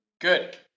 Good